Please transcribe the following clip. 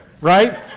right